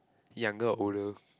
younger or older